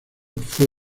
fue